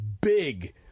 big